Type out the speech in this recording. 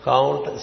Count